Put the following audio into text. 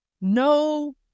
no